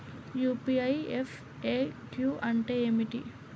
UPI FAQ అంటే ఏమిటి?